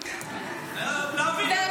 להבין, מה?